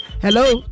Hello